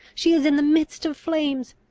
she is in the midst of flames!